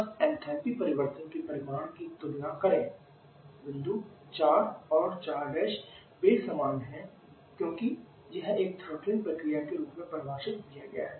बस एंथैल्पी परिवर्तन के परिमाण की तुलना करें बिंदु 4 और 4 वे समान हैं क्योंकि यह एक थ्रॉटलिंग प्रक्रिया के रूप में परिभाषित किया गया है